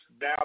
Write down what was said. now